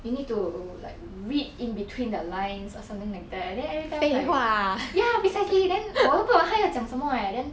we need to like read in between the lines or something like that and then everytime like ya precisely then 我都不懂他要讲什么 leh then